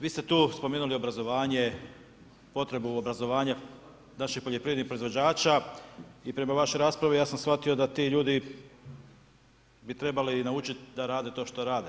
Vi ste tu spomenuli obrazovanje, potrebu obrazovanja naših poljoprivrednih proizvođača i prema vašoj raspravi ja sam shvatio da ti ljudi bi trebali naučiti da rade to što rade.